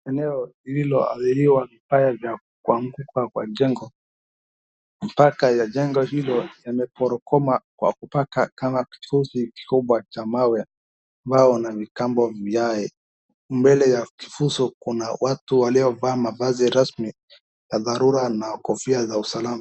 Eneo lilloadhiriwa kwa kuanguka kwa jengo mpaka la jengo hilo lemeporomoka kwa kupaka kifuzi kikubwa cha mawe na vikambo viae mbele ya kifuzi kuna watu waliovalia mavazi rasmi ya dharura na kofia ya usalama.